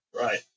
Right